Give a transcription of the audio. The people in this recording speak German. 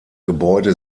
gebäude